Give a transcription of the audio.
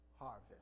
harvest